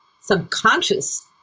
subconscious